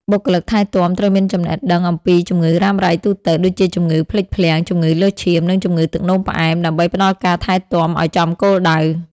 បុគ្គលិកថែទាំត្រូវមានចំណេះដឹងអំពីជំងឺរ៉ាំរ៉ៃទូទៅ ដូចជាជំងឺភ្លេចភ្លាំង ជំងឺលើសឈាម និងជំងឺទឹកនោមផ្អែម ដើម្បីផ្ដល់ការថែទាំឱ្យចំគោលដៅ។